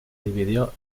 dividió